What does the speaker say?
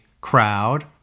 crowd